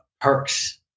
perks